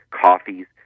coffees